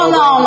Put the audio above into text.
no